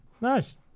Nice